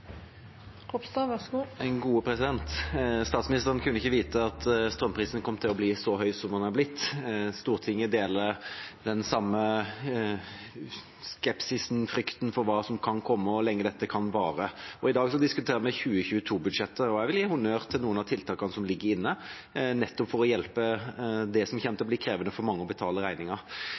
blitt. Stortinget deler den samme skepsisen, frykten for hva som kan komme, og hvor lenge dette kan vare. I dag diskuterer vi 2022-budsjettet, og jeg vil gi honnør til noen av tiltakene som ligger inne, nettopp for å hjelpe til med det som kommer til å bli krevende for mange: å betale